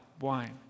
wine